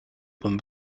than